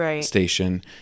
station